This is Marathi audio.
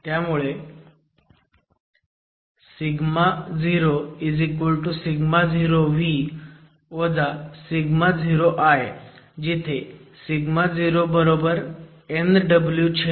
त्यामुळे00v 0iजिथे 0NwAw